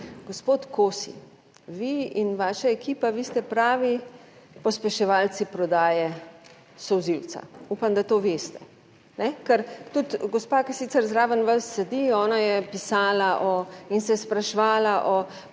Gospod Kosi, vi in vaša ekipa, vi ste pravi pospeševalci prodaje solzivca, upam da to veste, ker tudi gospa, ki sicer zraven vas sedi, ona je pisala in se je spraševala o